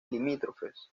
limítrofes